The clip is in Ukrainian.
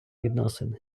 відносини